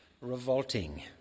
revolting